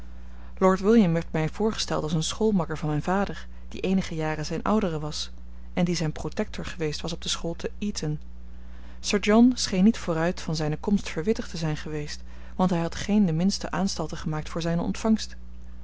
lord william werd mij voorgesteld als een schoolmakker van mijn vader die eenige jaren zijn oudere was en die zijn protector geweest was op de school te eton sir john scheen niet vooruit van zijne komst verwittigd te zijn geweest want hij had geen de minste aanstalten gemaakt voor zijne ontvangst